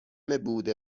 بوده